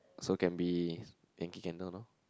so can be Yankee Candle lor